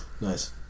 Nice